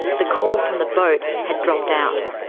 the call from the boat had dropped out.